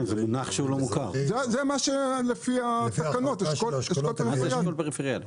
כן, זה לפי התקנות, אשכול פריפריאלי.